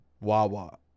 Wawa